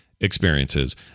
experiences